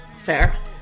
Fair